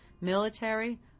Military